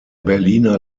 berliner